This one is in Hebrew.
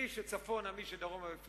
מי שצפונה ומי שדרומה, בפנים,